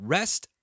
Rest